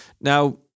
Now